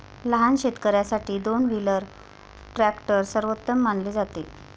लहान शेतकर्यांसाठी दोन व्हीलर ट्रॅक्टर सर्वोत्तम मानले जाते